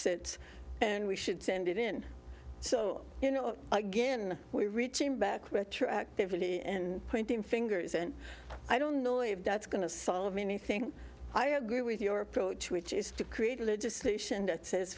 sits and we should send it in so you know again we're reaching back with your activity and pointing fingers and i don't know if that's going to solve anything i agree with your approach which is to create legislation that says